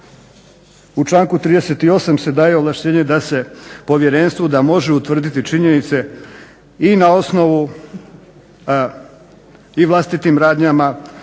U članku 38. se daje ovlaštenje da se povjerenstvu da može utvrditi činjenice i na osnovu i vlastitim radnjama